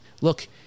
look